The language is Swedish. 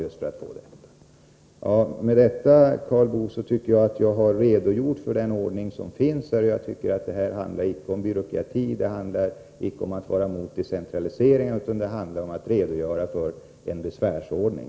Därmed tycker jag att jag har redogjort för gällande ordning. Jag anser att detta inte är en fråga om byråkrati eller om att vara mot decentralisering, utan det handlar om att redogöra för en besvärsordning.